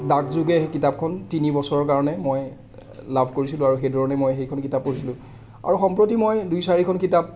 ডাকযোগে সেই কিতাপখন তিনি বছৰৰ কাৰণে মই লাভ কৰিছিলোঁ আৰু সেই ধৰণে মই সেইখন কিতাপ পঢ়িছিলোঁ আৰু সম্প্ৰতি মই দুই চাৰিখন কিতাপ